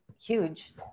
huge